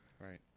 right